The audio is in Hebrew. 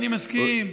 אני מסכים.